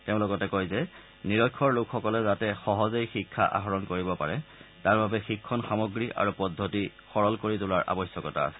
তেওঁ লগতে কয় যে নিৰক্ষৰ লোকসকলে যাতে সহজেই শিক্ষা আহৰণ কৰিব পাৰে তাৰ বাবে শিক্ষণ সামগ্ৰী আৰু পদ্ধতি সৰল কৰি তোলাৰ আৱশ্যকতা আছে